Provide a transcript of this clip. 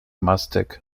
mastek